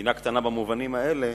מדינה קטנה במובנים האלה,